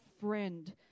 friend